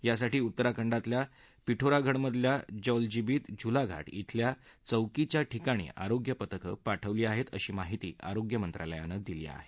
यासाठी उत्तरखंडातल्या पीठोरागढमधल्या जौलजीबीत झुलाघाट इथल्या चौकीच्या ठिकाणी आरोग्य पथकं पाठवली आहेत अशी माहिती आरोग्य मंत्रालयानं दिली आहे